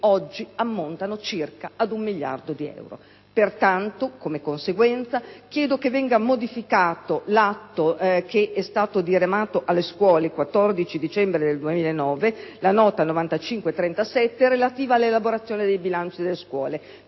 oggi ammontano a circa 1 miliardo di euro. Pertanto, come conseguenza, chiedo che venga modificato l'atto diramato alle scuole il 14 dicembre 2009, la nota n. 9537, relativa all'elaborazione dei bilanci delle scuole,